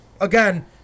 Again